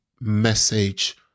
message